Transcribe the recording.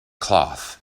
cloth